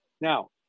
Now